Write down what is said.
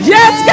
Yes